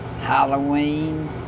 Halloween